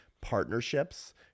partnerships